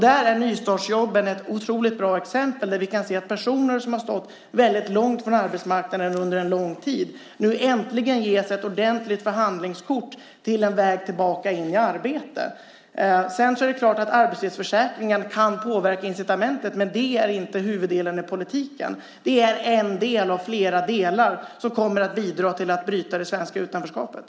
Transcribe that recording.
Där är nystartsjobben ett otroligt bra exempel där vi kan se att personer som har stått långt från arbetsmarknaden under lång tid nu äntligen ges ett ordentligt förhandlingskort till en väg tillbaka in i arbete. Det är klart att arbetslöshetsförsäkringen kan påverka incitamentet, men det är inte huvuddelen i politiken. Det är en del av flera delar som kommer att bidra till att bryta det svenska utanförskapet.